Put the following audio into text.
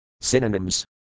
Synonyms